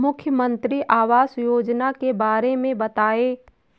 मुख्यमंत्री आवास योजना के बारे में बताए?